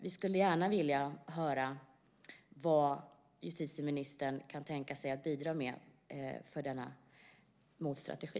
Vi skulle gärna vilja höra vad justitieministern kan tänka sig att bidra med för denna motstrategi.